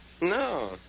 No